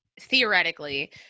theoretically –